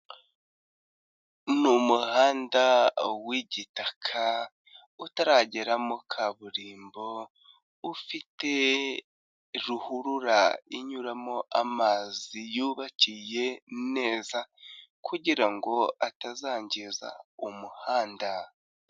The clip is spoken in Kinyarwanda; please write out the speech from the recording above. Ni umuhanda w'igitaka utarageramo kaburimbo, ufite ruhurura inyuramo amazi yubakiye neza kugira ngo atazangiza umuhanda.